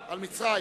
מה?